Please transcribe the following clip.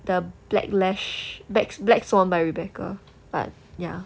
the backlash black black swan by rebecca but ya